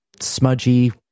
smudgy